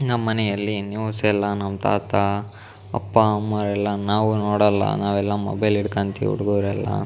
ನಮ್ಮ ಮನೆಯಲ್ಲಿ ನ್ಯೂಸೆಲ್ಲ ನಮ್ಮ ತಾತ ಅಪ್ಪ ಅಮ್ಮ ಅವ್ರೆಲ್ಲ ನಾವು ನೋಡೋಲ್ಲ ನಾವೆಲ್ಲ ಮೊಬೈಲ್ ಹಿಡ್ಕಂತೀವಿ ಹುಡುಗರೆಲ್ಲ